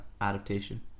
adaptation